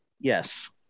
Yes